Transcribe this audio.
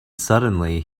suddenly